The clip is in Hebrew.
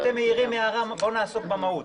בואו נעסוק במהות.